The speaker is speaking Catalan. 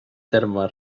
terme